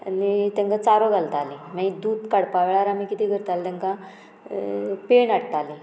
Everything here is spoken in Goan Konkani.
आनी तेंका चारो घालतालीं मागीर दूद काडपा वेळार आमी कितें करताले तेंकां पेण हाडटालीं